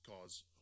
cause